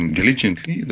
diligently